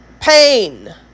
pain